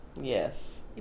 Yes